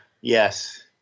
Yes